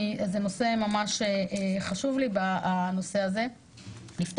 זה נושא שממש חשוב לי לפתוח אותו,